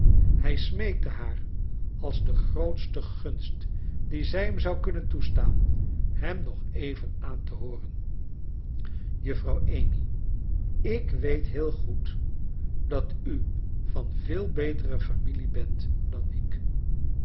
hrj smeekte haar als de grootste gunst die zij hem zou kunnen toe staan hem nog even aan te hooren juffrouw amy ik weet heel goed dat u van veel betere familie bent dan ik